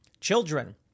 Children